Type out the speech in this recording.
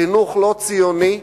חינוך לא-ציוני,